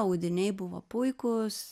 audiniai buvo puikūs